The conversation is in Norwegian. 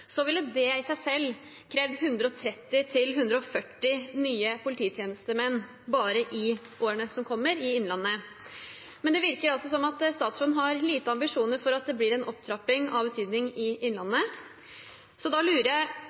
ville det i seg i selv krevd 130–140 nye polititjenestemenn i Innlandet bare i årene som kommer. Men det virker som at statsråden har små ambisjoner om en opptrapping av betydning i Innlandet, så da lurer jeg